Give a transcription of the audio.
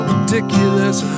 Ridiculous